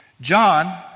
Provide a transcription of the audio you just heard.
John